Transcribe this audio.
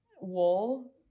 wall